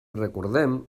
recordem